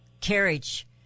carriage